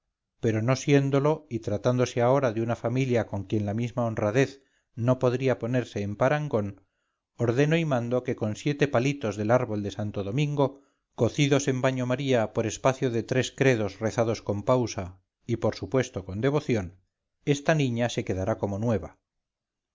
pero no siéndolo y tratándose ahora de una familia con quien la misma honradez no podría ponerse en parangón ordeno y mando que con siete palitos del árbol de santo domingo cocidos en baño maría por espacio de tres credos rezados con pausa y por supuesto con devoción esta niña se quedará como nueva